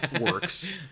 Works